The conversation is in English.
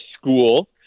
school